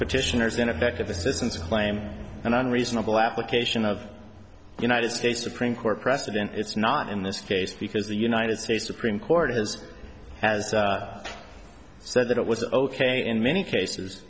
petitioners ineffective assistance of claim an unreasonable application of the united states supreme court precedent it's not in this case because the united states supreme court has has said that it was ok in many cases